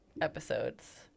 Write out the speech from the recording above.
episodes